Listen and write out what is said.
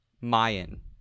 mayan